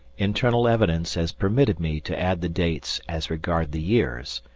internal evidence has permitted me to add the dates as regards the years.